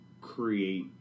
create